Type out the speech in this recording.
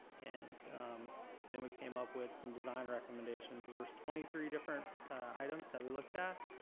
and then we came up with some design recommendations. there was twenty three different items that we looked at.